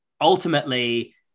ultimately